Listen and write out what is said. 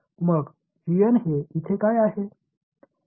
तर मग हे इथे काय आहे